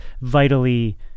vitally